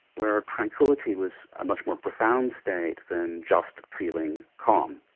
where tranquility was a much more profound state than just feeling calm.